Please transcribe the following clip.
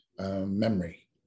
memory